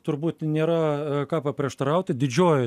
turbūt nėra ką paprieštaraut didžiojoj